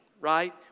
right